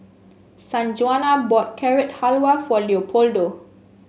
Sanjuana bought Carrot Halwa for Leopoldo